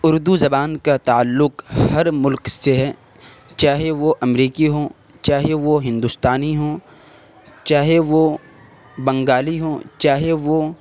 اردو زبان کا تعلق ہر ملک سے چاہے وہ امریکی ہوں چاہے وہ ہندوستانی ہوں چاہے وہ بنگالی ہوں چاہے وہ